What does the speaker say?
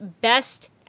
Best